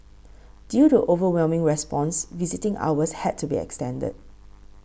due to overwhelming response visiting hours had to be extended